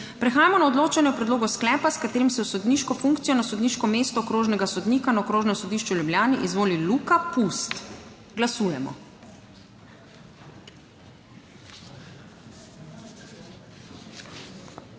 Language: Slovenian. Prehajamo na odločanje o predlogu sklepa, s katerim se v sodniško funkcijo na sodniško mesto okrožnega sodnika na Okrožnem sodišču v Ljubljani izvoli Luka Kavčič. Glasujemo.